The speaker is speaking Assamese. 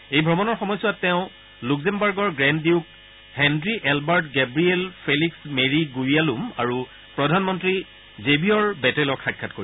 এই ভ্ৰমণৰ সময়ছোৱাত তেও লুক্সেমবাৰ্গ গ্ৰেণ্ড ডিউক হেড়ি Albert Gabriel Felix Marie Guillaume আৰু প্ৰধানমন্ত্ৰী জেভিয়ৰ বেটেলক সাক্ষাৎ কৰিব